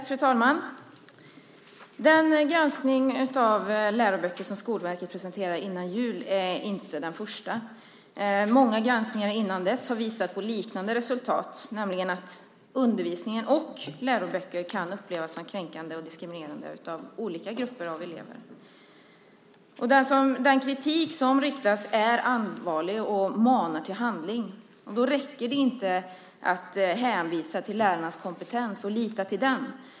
Fru talman! Den granskning av läroböcker som Skolverket presenterade före jul är inte den första. Många granskningar innan dess har visat på liknande resultat, nämligen att undervisning och läroböcker kan upplevas som kränkande och diskriminerande av olika grupper av elever. Den kritik som riktas är allvarlig och manar till handling. Då räcker det inte att hänvisa till lärarnas kompetens och lita till den.